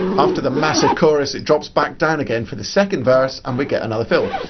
after the massive chorus it drops back down again for the second verse and we get another fill.